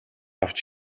авч